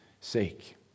sake